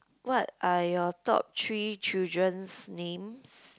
what are your top three children's names